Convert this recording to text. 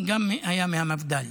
הוא גם היה מהמפד"ל.